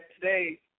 today